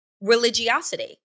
religiosity